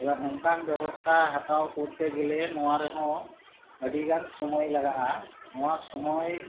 ᱮᱵᱟᱨ ᱚᱱᱠᱟᱱ ᱵᱮᱵᱚᱥᱛᱟ ᱦᱟᱛᱟᱣ ᱠᱚᱨᱛᱮ ᱜᱮᱞᱮ ᱱᱚᱣᱟ ᱨᱮᱦᱚᱸ ᱟᱹᱰᱤᱜᱟᱱ ᱥᱩᱢᱟᱹᱭ ᱞᱟᱜᱟᱜᱼᱟ ᱱᱚᱣᱟ ᱥᱩᱢᱟᱹᱭ